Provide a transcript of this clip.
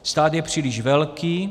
Stát je příliš velký.